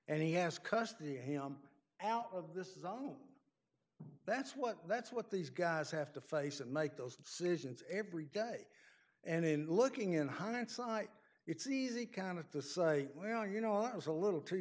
and he has custody of him out of this is on that's what that's what these guys have to face and make those decisions every day and in looking in hindsight it's easy kind of to say well you know it was a little too